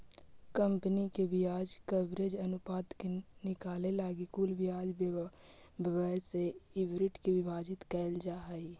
company के ब्याज coverage अनुपात के निकाले लगी कुल ब्याज व्यय से ईबिट के विभाजित कईल जा हई